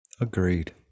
Agreed